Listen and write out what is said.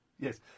Yes